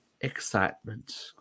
excitement